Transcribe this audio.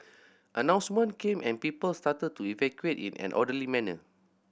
announcement came and people started to evacuate in an orderly manner